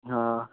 हां